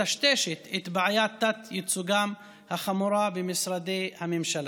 מטשטשת את בעיית תת-ייצוגם החמורה במשרדי הממשלה.